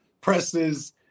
presses